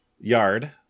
yard